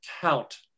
count